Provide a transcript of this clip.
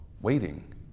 waiting